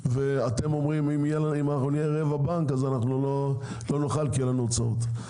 ואתם אומרים שאם תהיו רבע בנק אז לא תוכלו כי יהיו לנו הוצאות.